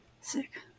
Sick